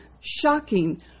shocking